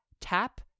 tap